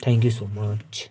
thank you so much